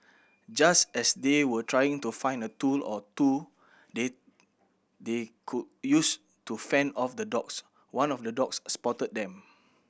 just as they were trying to find a tool or two they they could use to fend off the dogs one of the dogs spotted them